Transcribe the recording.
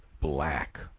black